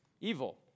Evil